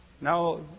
Now